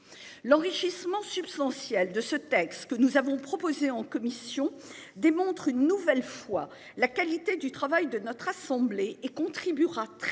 L'enrichissement substantiel de ce texte que nous avons proposé en commission démontre une nouvelle fois la qualité du travail de notre assemblée et contribuera très